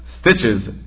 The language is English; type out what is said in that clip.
stitches